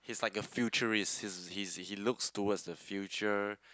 he is like a futurist he he he looks toward the future